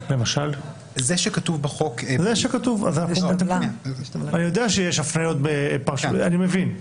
אני יודע שיש הפניות ואני מבין,